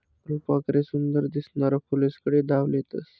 फुलपाखरे सुंदर दिसनारा फुलेस्कडे धाव लेतस